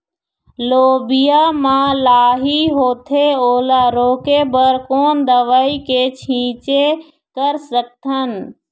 लोबिया मा लाही होथे ओला रोके बर कोन दवई के छीचें कर सकथन?